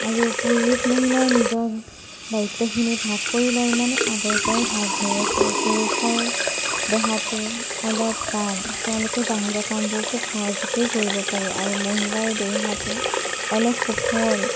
আৰু পুৰুষ মহিলাই নিজৰ দায়িত্বখিনি ভাগ কৰি লয় মানে আগৰ পৰাই ভাগ হৈ আছে পুৰুষৰ দেহাটো অলপ টান তেওঁলোকে বাহিৰা কামবোৰ খুউব সহজতেই কৰিব পাৰে আৰু মহিলাৰ দেহাটো অলপ